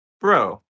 bro